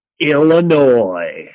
Illinois